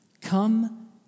Come